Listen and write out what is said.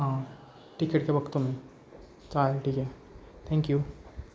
हां ठीक आहे ठीक आहे बघतो मी चालेल ठीक आहे थँक्यू